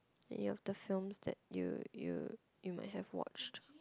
any of the films that you you you might have watched